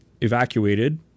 evacuated